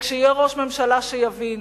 וכשיהיה ראש ממשלה שיבין